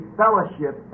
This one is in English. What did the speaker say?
fellowship